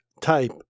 type